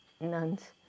nuns